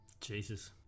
Jesus